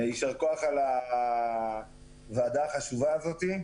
יישר כוח על הוועדה החשובה הזאת.